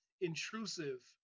intrusive